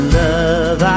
love